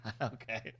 Okay